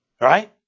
right